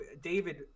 David